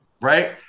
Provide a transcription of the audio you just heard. Right